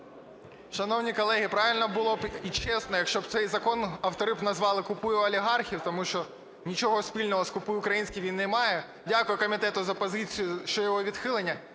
Шановні колеги, правильно було б і чесно, якщо б цей закон автори назвали "купуй у олігархів", тому що нічого спільного з "купуй українське" він не має. Дякую комітету за позицію, що його відхилено.